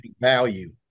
value